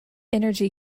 energy